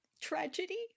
Tragedy